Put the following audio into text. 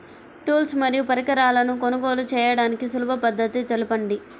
Tools మరియు పరికరాలను కొనుగోలు చేయడానికి సులభ పద్దతి తెలపండి?